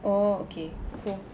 oh okay cool